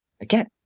Again